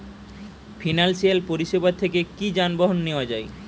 Financial পরিসেবা থেকে কি যানবাহন নেওয়া যায়?